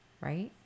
right